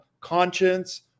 conscience